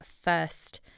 first